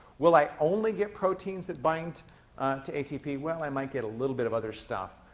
will i only get proteins that bind to atp? well, i might get a little bit of other stuff,